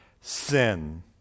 Sin